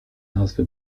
nazwy